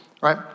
right